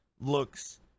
looks